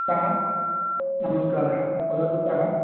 कः नमस्कारः वदतु कः